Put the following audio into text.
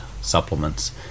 supplements